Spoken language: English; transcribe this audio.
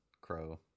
crow